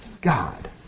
God